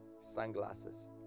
sunglasses